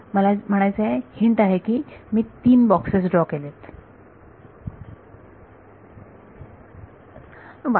मला म्हणायचे आहे हिंट आहे की मी 3 बॉक्सेस ड्रॉ केले असते